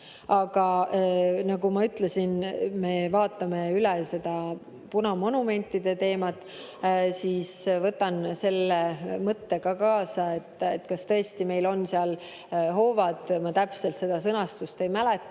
Aga nagu ma ütlesin, me vaatame üle punamonumentide teemat ja ma võtan selle mõtte ka kaasa. Kas tõesti meil on seal hoovad, ma täpselt seda sõnastust ei mäleta,